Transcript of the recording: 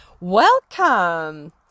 Welcome